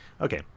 Okay